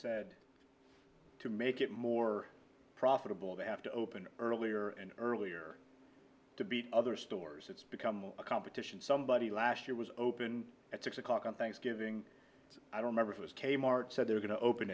said to make it more profitable they have to open earlier and earlier to beat other stores it's become a competition somebody last year was open at six o'clock on thanksgiving i remember it was kmart said they're going to open